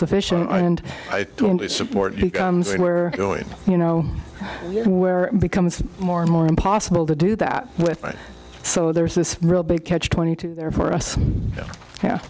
sufficient and i support we're going you know where it becomes more and more impossible to do that with so there's this real big catch twenty two there for us yeah